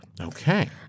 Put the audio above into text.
Okay